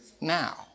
now